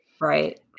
Right